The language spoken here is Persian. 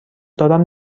دارم